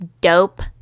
dope